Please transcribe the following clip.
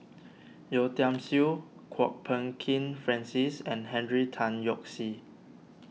Yeo Tiam Siew Kwok Peng Kin Francis and Henry Tan Yoke See